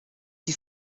die